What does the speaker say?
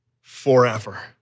forever